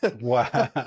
Wow